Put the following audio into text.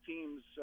teams